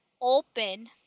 open